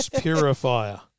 purifier